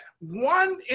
one